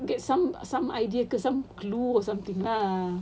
get some some idea ke some clue or something lah